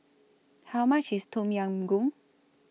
How much IS Tom Yam Goong